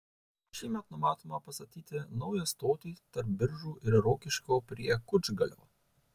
šiemet numatoma pastatyti naują stotį tarp biržų ir rokiškio prie kučgalio